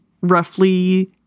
roughly